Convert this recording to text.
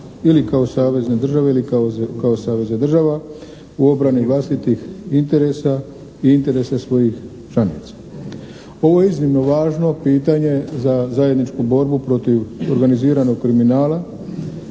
ili kao savezne države ili kao saveza država u obrani vlastitih interesa i interesa svojim članica. Ovo je iznimno važno pitanje za zajedničku borbu protiv organiziranog kriminala,